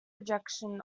rejection